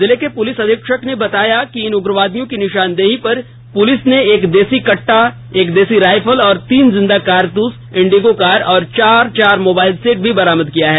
जिले के पुलिस अधीक्षक ने बताया कि इन उग्रवादियों की निशानदेही पर पुलिस ने एक देसी कट्टा एक देसी राइफल और तीन जिंदा कारतूस इंडिगो कार और चार चार मोबाइल सेट भी बरामद किया है